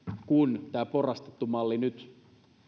kun tämä porrastettu malli nyt